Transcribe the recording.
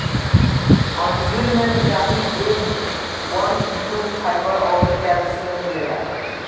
अंजीर में vitamin A, B one, B two, fibre अउरी कैल्शियम मिलेला